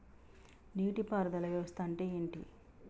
నీటి పారుదల వ్యవస్థ అంటే ఏంటి?